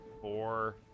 Four